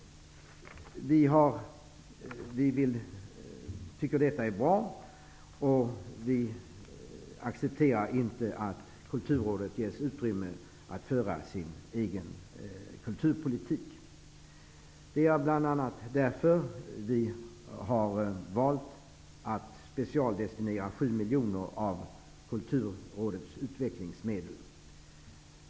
Vi tycker att detta är bra, och vi accepterar inte att Kulturrådet ges utrymme att föra sin egen kulturpolitik. Det är bl.a. därför som vi har valt att specialdestinera 7 miljoner av Kulturrådets utvecklingsmedel.